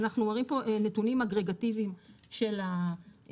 אנחנו מראים פה נתונים אגרגטיביים של חמש,